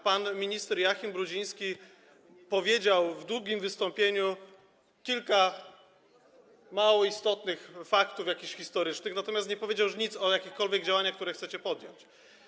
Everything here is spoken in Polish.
Pan minister Joachim Brudziński opowiedział w długim wystąpieniu o jakichś kilku mało istotnych faktach historycznych, natomiast nie powiedział nic o jakichkolwiek działaniach, które chcecie podjąć.